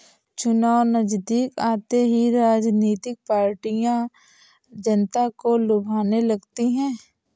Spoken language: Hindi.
चुनाव नजदीक आते ही राजनीतिक पार्टियां जनता को लुभाने लगती है